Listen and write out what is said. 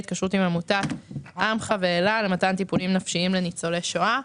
והתקשרות עם עמותות עמך ואלה למתן טיפולים נפשיים לניצולי שואה.